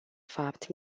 fapt